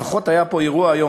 לפחות היה פה אירוע אחד